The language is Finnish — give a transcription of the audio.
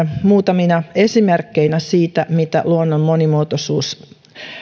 muutamina esimerkkeinä siitä mitä luonnon monimuotoisuus